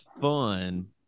fun